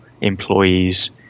employees